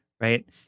Right